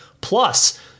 Plus